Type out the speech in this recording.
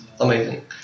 amazing